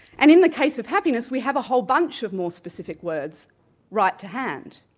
and in the case of happiness, we have a whole bunch of more specific words right to hand.